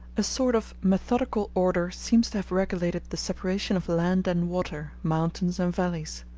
a sort of methodical order seems to have regulated the separation of land and water, mountains and valleys.